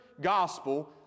gospel